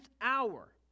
hour